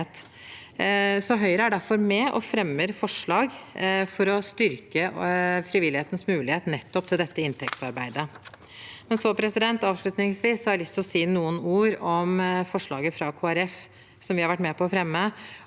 Høyre er derfor med og fremmer forslag for å styrke frivillighetens mulighet nettopp til dette inntektsarbeidet. Avslutningsvis har jeg lyst til å si noen ord om forslaget fra Kristelig Folkeparti, som vi har vært med på å fremme,